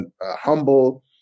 humble